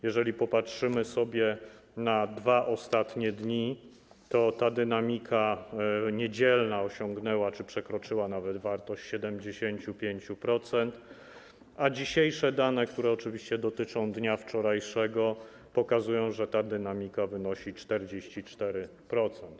Jeżeli popatrzymy sobie na 2 ostatnie dni, to ta dynamika niedzielna osiągnęła czy przekroczyła nawet wartość 75%, a dzisiejsze dane, które oczywiście dotyczą dnia wczorajszego, pokazują, że ta dynamika wynosi 44%.